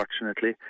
unfortunately